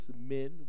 men